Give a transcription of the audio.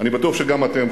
אני בטוח שגם אתם,